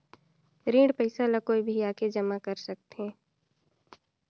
ऋण पईसा ला कोई भी आके जमा कर सकथे?